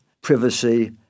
privacy